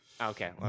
Okay